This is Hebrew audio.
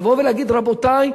לבוא ולהגיד: רבותי,